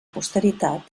posteritat